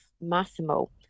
Massimo